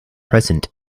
present